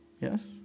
Yes